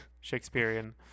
Shakespearean